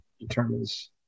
determines